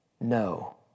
No